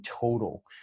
total